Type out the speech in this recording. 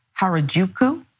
Harajuku